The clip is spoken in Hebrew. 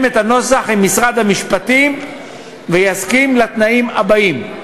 את הנוסח עם משרד המשפטים ויסכים לתנאים האלה: